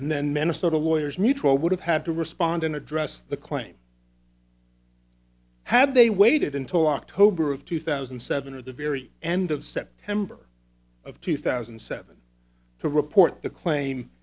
and then minnesota lawyers mutual would have had to respond and address the claim had they waited until october of two thousand and seven at the very end of september of two thousand and seven to report the claim